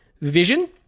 vision